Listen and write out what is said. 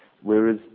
whereas